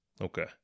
Okay